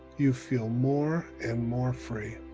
you feel more and more free.